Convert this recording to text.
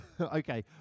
Okay